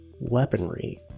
weaponry